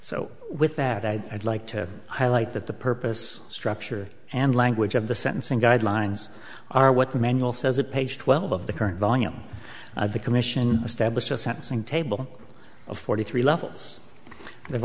so with that i'd like to highlight that the purpose structure and language of the sentencing guidelines are what the manual says a page twelve of the current volume of the commission established a sentencing table of forty three levels they've